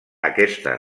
aquesta